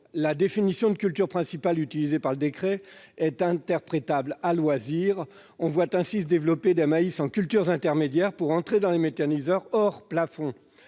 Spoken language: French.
la définition de culture principale utilisée par le décret est interprétable à loisir. On voit ainsi se développer des maïs en cultures intermédiaires destinés à entrer dans les méthaniseurs hors plafond.